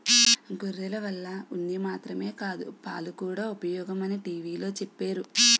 గొర్రెల వల్ల ఉన్ని మాత్రమే కాదు పాలుకూడా ఉపయోగమని టీ.వి లో చెప్పేరు